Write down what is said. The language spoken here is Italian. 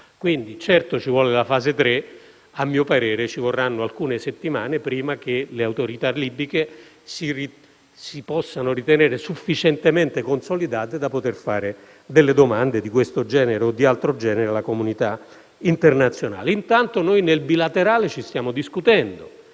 Quindi, certamente ci vuole la fase tre, ma a mio parere occorreranno alcune settimane prima che le autorità libiche si possano ritenere sufficientemente consolidate da poter fare domande di questo o di altro genere alla comunità internazionale. Intanto noi, in sede bilaterale, ne stiamo discutendo.